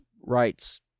rights